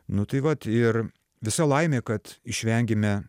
nu tai vat ir visa laimė kad išvengėme